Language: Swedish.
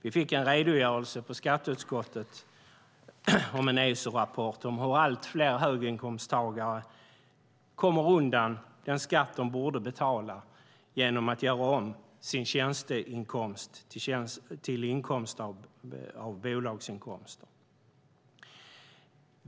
Vi fick ta del av en redogörelse från en Esorapport i utskottet om hur allt fler höginkomsttagare kommer undan skatt de borde betala genom att göra om inkomst av tjänst till bolagsinkomster.